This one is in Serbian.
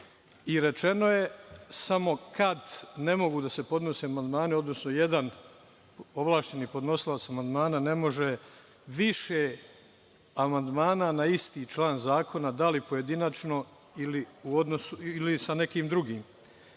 i rečeno je samo kad ne mogu da se podnose amandmani, odnosno jedan ovlašćeni podnosilac amandmana ne može više amandmana na isti član zakona, da li pojedinačno ili da nekim drugim. Kada